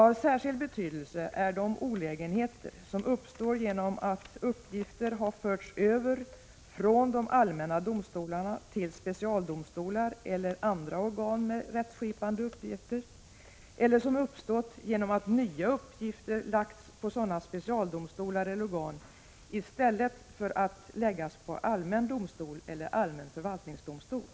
Av särskild betydelse är de olägenheter som uppstår genom att uppgifter har förts över från de allmänna domstolarna till specialdomstolar eller till andra organ med rättskipande uppgifter, eller som uppstått genom att nya uppgifter lagts på sådana specialdomstolar eller organ i stället för att läggas på allmän domstol eller allmän förvaltningsdomstol.